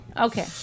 Okay